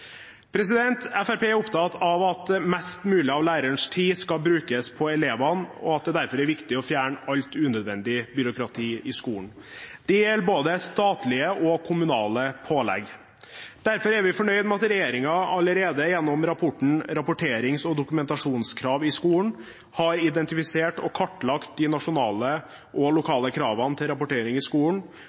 elevene, og at det derfor er viktig å fjerne alt unødvendig byråkrati i skolen. Det gjelder både statlige og kommunale pålegg. Derfor er vi fornøyd med at regjeringen allerede gjennom rapporten Rapporterings- og dokumentasjonskrav i skolesektoren har identifisert og kartlagt de nasjonale og lokale kravene til rapportering i skolen,